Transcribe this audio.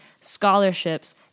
scholarships